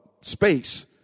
space